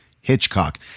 Hitchcock